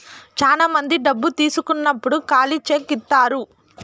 శ్యానా మంది డబ్బు తీసుకున్నప్పుడు ఖాళీ చెక్ ఇత్తారు